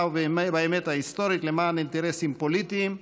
ובאמת ההיסטורית למען אינטרסים פוליטיים.